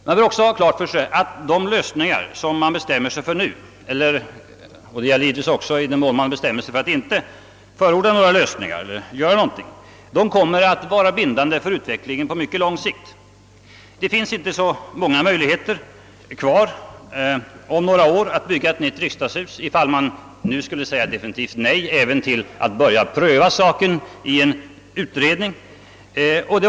Man bör också ha klart för sig att vad man gör eller underlåter att göra nu, kommer att vara bindande för utvecklingen på lång sikt, Det kommer om några år inte att återstå så många möjligheter att bygga ett nytt riksdagshus för den händelse att riksdagen i dag direkt skulle avslå frågan om en prövning av saken vid en utredning.